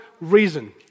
reason